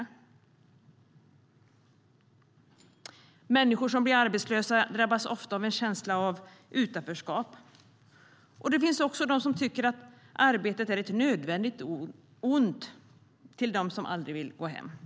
Människor som blir arbetslösa drabbas ofta av en känsla av utanförskap. Det finns också de som tycker att arbetet är ett nödvändigt ont, och det finns de som aldrig vill gå hem.